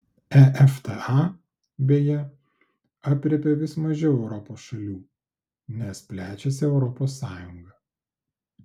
efta beje aprėpia vis mažiau europos šalių nes plečiasi europos sąjunga